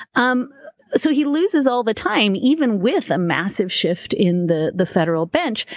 um so he loses all the time, even with a massive shift in the the federal bench.